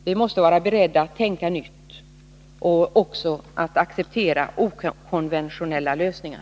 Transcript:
Vi måste vara beredda att tänka nytt och även att acceptera okonventionella lösningar.